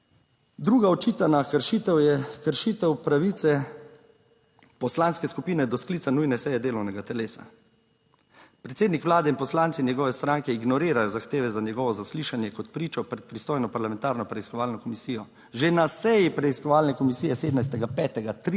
Druga očitana kršitev je kršitev pravice poslanske skupine do sklica nujne seje delovnega telesa. Predsednik Vlade in poslanci njegove stranke ignorirajo zahteve za njegovo zaslišanje kot pričo pred pristojno parlamentarno **14. TRAK: (TB) - 10.05** (nadaljevanje) preiskovalno komisijo.